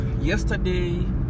yesterday